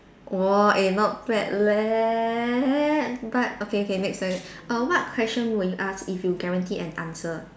!whoa! eh not bad leh but okay okay next question err what question would you ask if you guaranteed an answer